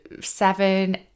seven